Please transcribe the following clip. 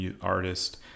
artist